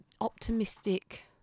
optimistic